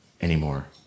anymore